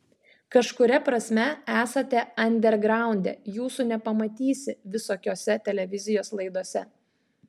kažkuria prasme esate andergraunde jūsų nepamatysi visokiose televizijos laidose